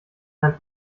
sein